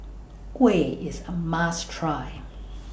Kuih IS A must Try